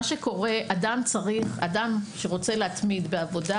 מה שקורה הוא שאדם שרוצה להתמיד בעבודה,